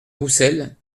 roussel